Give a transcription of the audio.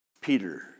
Peter